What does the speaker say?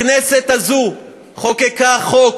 הכנסת הזו חוקקה חוק,